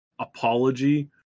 apology